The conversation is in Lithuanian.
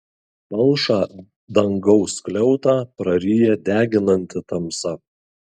palšą dangaus skliautą praryja deginanti tamsa